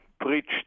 preached